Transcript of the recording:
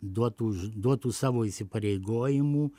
duotų duotų savo įsipareigojimų